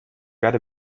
werde